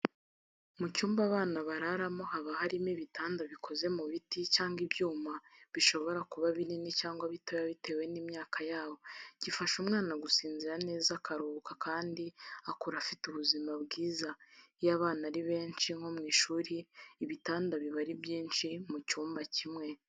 Mu cyuma abana bararamo haba harimo ibitanda bikoze mu biti cyangwa ibyuma, bishobora kuba binini cyangwa bitoya bitewe n’imyaka yabo. Gifasha umwana gusinzira neza, akaruhuka kandi akura afite ubuzima bwiza. Iyo abana ari benshi nko ku ishuri ibitanda biba ari byinshi mu cyumba kimwe.